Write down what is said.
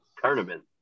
tournament